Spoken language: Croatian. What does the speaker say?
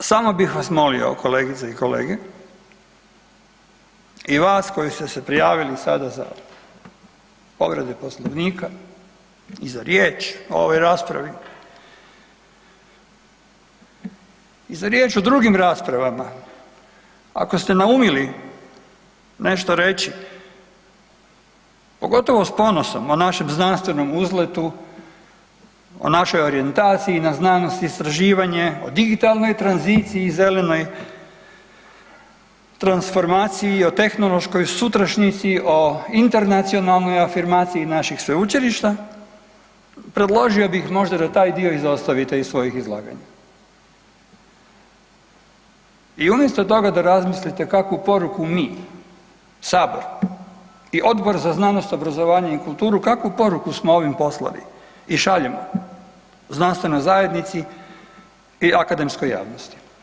Međutim, samo bih vas molio kolegice i kolege i vas koji ste se prijavili sada za povrede Poslovnika i za riječ o ovoj raspravi i za riječ o drugim raspravama, ako ste naumili nešto reći, pogotovo s ponosom o našem znanstvenom uzletu, o našoj orijentaciji i na znanosti i istraživanje o digitalnoj tranziciji i zelenoj transformaciji i o tehnološkoj sutrašnjici, o internacionalnoj afirmaciji naših sveučilišta, predložio bih možda da taj dio izostavite iz svojih izlaganja i umjesto toga da razmislite kakvu poruku mi, sabor i Odbor za znanost, obrazovanje i kulturu, kakvu poruku smo ovim poslali i šaljemo znanstvenoj zajednici i akademskoj javnosti.